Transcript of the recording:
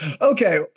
Okay